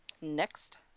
Next